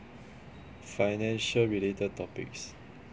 financial related topics